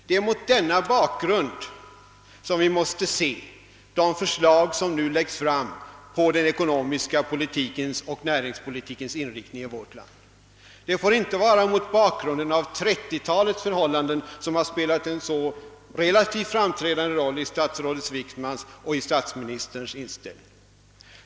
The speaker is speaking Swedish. Det är mot denna bakgrund som vi måste se det förslag som läggs fram rörande den ekonomiska politikens och näringspolitikens inriktning i vårt land. Det får inte vara mot bakgrunden av 1930-talets förhållanden, som spelat en så relativt framträdande roll i statsrådet Wickmans och statsministerns anföranden i denna debatt.